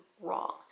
wrong